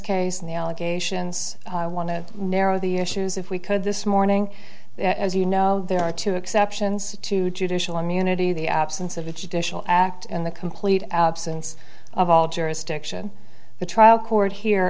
case and the allegations i want to narrow the issues if we could this morning as you know there are two exceptions to judicial immunity the absence of a judicial act and the complete absence of all jurisdiction the trial court here